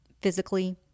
physically